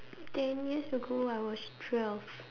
ten years ago I was twelve